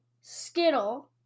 Skittle